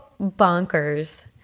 bonkers